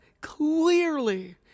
clearly